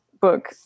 book